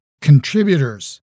contributors